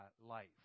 life